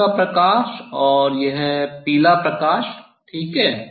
हरे रंग का प्रकाश और यह पीला प्रकाश ठीक है